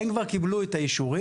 הם כבר קיבלו את האישורים,